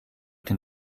den